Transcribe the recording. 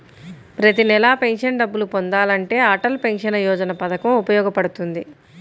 ప్రతి నెలా పెన్షన్ డబ్బులు పొందాలంటే అటల్ పెన్షన్ యోజన పథకం ఉపయోగపడుతుంది